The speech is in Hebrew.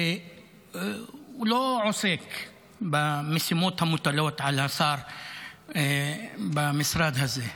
שהוא לא עוסק במשימות המוטלות על השר במשרד הזה.